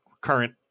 current